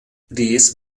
these